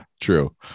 true